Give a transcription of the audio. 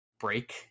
break